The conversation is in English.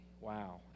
Wow